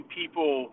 people